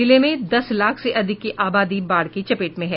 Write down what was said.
जिले में दस लाख से अधिक की आबादी बाढ़ की चपेट में है